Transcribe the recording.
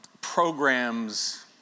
programs